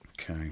Okay